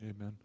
amen